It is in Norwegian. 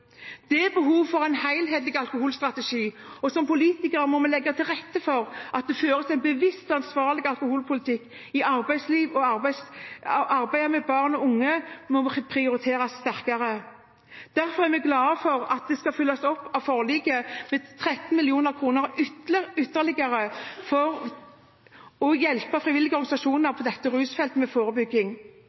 Det er behov for en helhetlig alkoholstrategi, og som politikere må vi legge til rette for at det føres en bevisst og ansvarlig alkoholpolitikk i arbeidslivet, og arbeidet blant barn og unge må prioriteres sterkere. Derfor er vi glade for at det som følge av forliket bevilges ytterligere 13 mill. kr for å hjelpe frivillige organisasjoner med forebygging